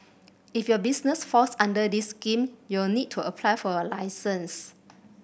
if your business falls under this scheme you'll need to apply for a license